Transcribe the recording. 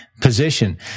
position